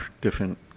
different